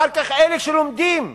ואחר כך, אלה שלומדים,